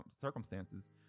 circumstances